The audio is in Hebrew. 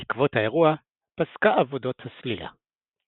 בעקבות האירוע פסקה עבודות הסלילה.